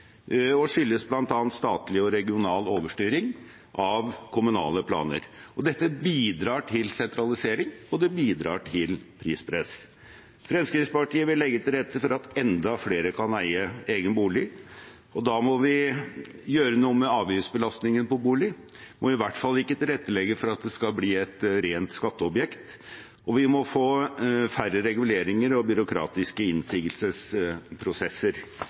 og skyldes bl.a. statlig og regional overstyring av kommunale planer. Dette bidrar til sentralisering, og det bidrar til prispress. Fremskrittspartiet vil legge til rette for at enda flere kan eie egen bolig, og da må vi gjøre noe med avgiftsbelastningen på bolig. Vi må i hvert fall ikke tilrettelegge for at det skal bli et rent skatteobjekt, og vi må få færre reguleringer og byråkratiske innsigelsesprosesser